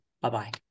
Bye-bye